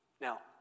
Now